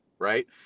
Right